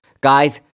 Guys